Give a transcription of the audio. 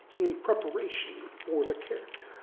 in preparation for the character.